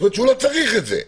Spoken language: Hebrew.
זאת אומרת לא צריך את זה.